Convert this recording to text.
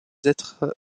êtres